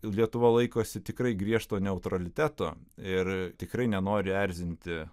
lietuva laikosi tikrai griežto neutraliteto ir tikrai nenori erzinti